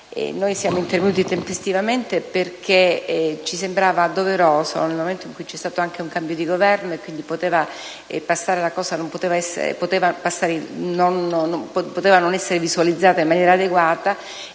Noi siamo intervenuti tempestivamente, perché ci sembrava doveroso, nel momento in cui c'è stato un cambio di Governo e la cosa poteva non essere evidenziata in maniera adeguata,